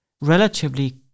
relatively